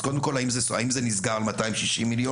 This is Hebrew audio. אז קודם כל האם זה נסגר 260 מיליון?